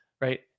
Right